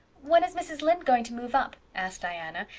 when is mrs. lynde going to move up? asked diana,